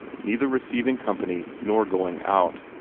neither receiving company nor going out.